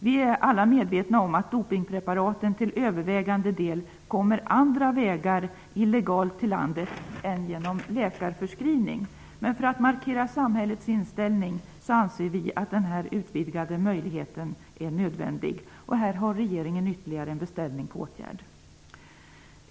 Vi är alla medvetena om att dopingpreparaten till övervägande del kommer illegalt till landet på andra sätt än genom läkarförskrivning. Men för att markera samhällets inställning anser vi att denna utvidgade möjlighet är nödvändig. Här har regeringen ytterligare en beställning på åtgärd.